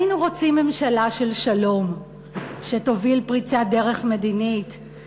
היינו רוצים ממשלה של שלום שתוביל פריצת דרך מדינית.